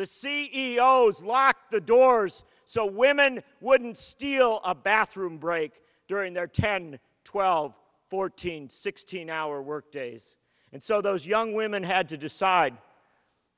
the c e o s locked the doors so women wouldn't steal a bathroom break during their ten twelve fourteen sixteen hour work days and so those young women had to decide